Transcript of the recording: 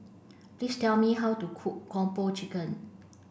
please tell me how to cook Kung Po Chicken